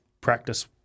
practice